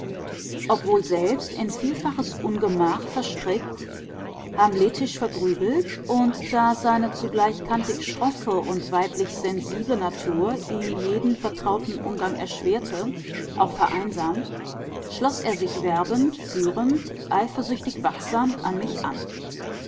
obwohl selbst in vielfaches ungemach verstrickt hamletisch vergrübelt und da seine zugleich kantig schroffe und weiblich sensible natur ihm jeden vertrauten umgang erschwerte auch vereinsamt schloß er sich werbend führend eifersüchtig wachsam an mich an